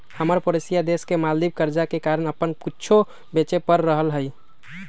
हमर परोसिया देश मालदीव कर्जा के कारण अप्पन कुछो बेचे पड़ रहल हइ